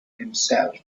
himself